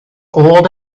old